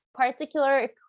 particular